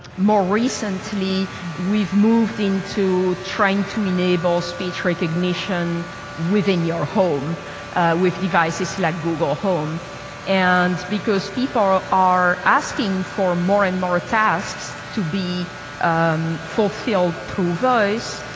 more recently we've moved into trying to enable speech recognition within your home with devices like google home and because people are ah are asking for more and more tasks to be fulfilled through voice,